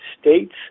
states